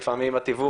זה לא תמיד